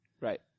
Right